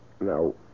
No